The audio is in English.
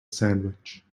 sandwich